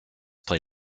play